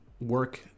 work